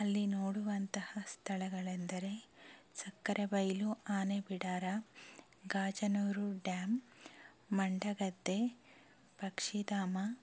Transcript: ಅಲ್ಲಿ ನೋಡುವಂತಹ ಸ್ಥಳಗಳೆಂದರೆ ಸಕ್ಕರೆಬೈಲು ಆನೆ ಬಿಡಾರ ಗಾಜನೂರು ಡ್ಯಾಮ್ ಮಂಡಗದ್ದೆ ಪಕ್ಷಿಧಾಮ